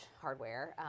hardware